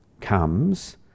comes